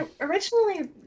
originally